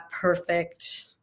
perfect